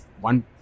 one